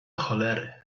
cholery